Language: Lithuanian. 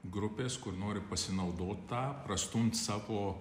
grupės kur nori pasinaudot tą prastumt savo